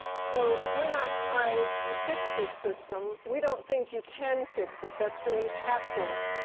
so, we're not trying to fix this system. we don't think you can fix it. that's doing patchwork.